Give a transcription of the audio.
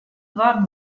doarren